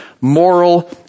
moral